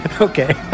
Okay